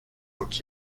book